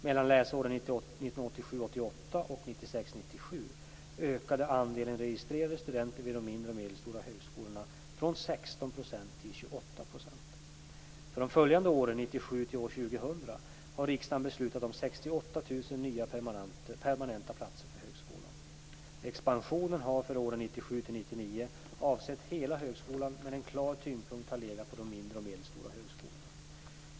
Mellan läsåren 1987 97 ökade andelen registrerade studenter vid de mindre och medelstora högskolorna från 16 % till 28 %. För de följande åren 1997-2000 har riksdagen beslutat om 68 000 nya permanenta platser för högskolan. Expansionen har för åren 1997-1999 avsett hela högskolan, men en klar tyngdpunkt har legat på de mindre och medelstora högskolorna.